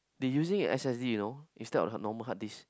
they using a S_S_D you know instead of normal hard disk